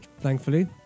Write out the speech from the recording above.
thankfully